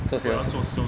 做 sales